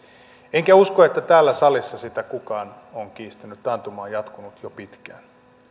enkä usko että täällä salissa sitä kukaan on kiistänyt taantuma on jatkunut jo pitkään